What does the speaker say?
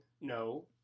no